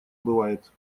бывает